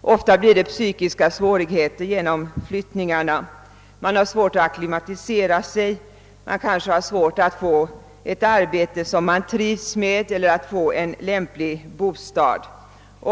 Ofta vållar flyttningarna psykiska svårigheter. Man har svårt att acklimatisera sig, man kanske har svårt att få ett arbete som man trivs med eller en lämplig bostad.